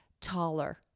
taller